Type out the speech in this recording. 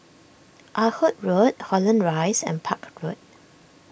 Ah Hood Road Holland Rise and Park Road